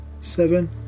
seven